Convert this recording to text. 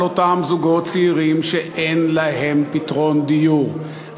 אותם זוגות צעירים שאין להם פתרון דיור,